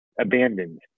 Abandoned